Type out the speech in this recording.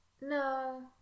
No